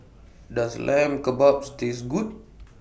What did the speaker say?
Does Lamb Kebabs Taste Good